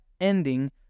ending